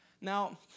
Now